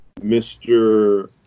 Mr